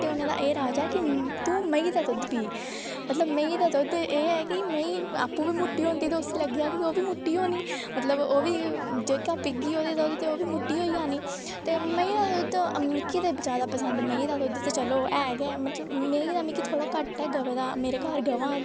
मोटे होने दा एह् राज़ ऐ कि तूं मेंहीं दा दुद्ध पी मतलब मेंहीं दा दुद्ध एह् ऐ कि मेंही आपूं बी मुट्टी होंदी ते उसी लग्गेआ कि ओह् बी मुट्टी होनी मतलब ओह् बी जेह्का पीगी ओह्दे च ओह् बी मुट्टी होई जानी ते मेंहीं दा दुद्ध मिगी ते जादा पसंद मेंहीं दा दुद्ध चलो ऐ गै ऐ मतलब मेंहीं दा मिगी थोह्ड़ा घट्ट ऐ गवै दा मेरे घर गवां